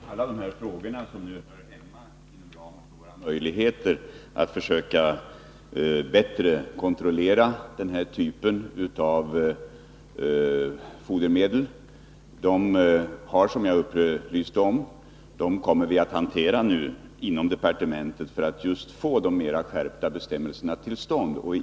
Fru talman! Alla de här frågorna, som hör hemma inom ramen för våra möjligheter att försöka bättre kontrollera den här typen av fodermedel, kommer vi nu, som jag upplyste om, att hantera inom departementet just för att få mer skärpta bestämmelser till stånd.